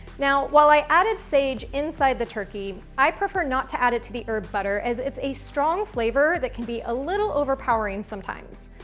now, while i added sage inside the turkey, i prefer not to add it to the herb butter, as it's a strong flavor that can be a little overpowering sometimes.